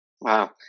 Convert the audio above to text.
Wow